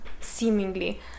seemingly